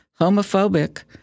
homophobic